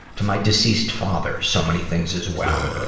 to my deceased father, so many things as well.